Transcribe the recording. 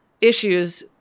issues